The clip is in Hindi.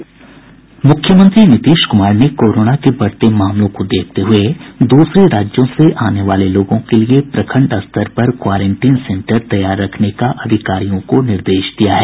मुख्यमंत्री नीतीश कुमार ने कोरोना के बढ़ते मामलों को देखते हुये दूसरे राज्यों से आने वाले लोगों के लिए प्रखंड स्तर पर क्वारेंटीन सेन्टर तैयार रखने का अधिकारियों को निर्देश दिया है